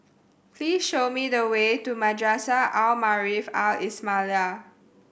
please show me the way to Madrasah Al Maarif Al Islamiah